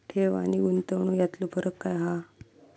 ठेव आनी गुंतवणूक यातलो फरक काय हा?